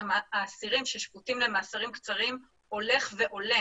האסירים ששפוטים למאסרים קצרים הולך ועולה.